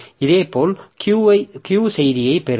இதேபோல் Q செய்தியைப் பெறுங்கள்